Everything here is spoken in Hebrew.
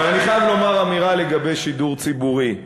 אבל אני חייב לומר אמירה לגבי שידור ציבורי.